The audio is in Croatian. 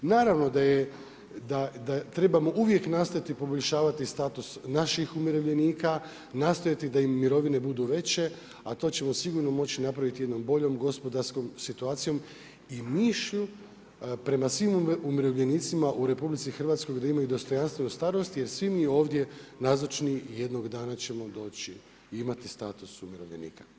Naravno da je, da trebamo uvijek nastojati poboljšavati status naših umirovljenika, nastojati da im mirovine budu veće a to ćemo sigurno moći napraviti jednom boljom gospodarskom situacijom i mišlju prema svim umirovljenicima u RH da imaju dostojanstvenu starost jer svi mi ovdje nazočni jednog dana ćemo doći i imati status umirovljenika.